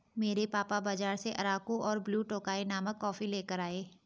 मेरे पापा बाजार से अराकु और ब्लू टोकाई नामक कॉफी लेकर आए